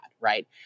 right